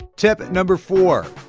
tip number four,